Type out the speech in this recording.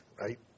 right